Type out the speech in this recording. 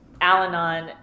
Al-Anon